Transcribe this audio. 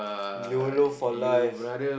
yolo for life